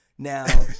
Now